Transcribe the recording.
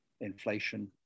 inflation